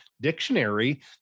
dictionary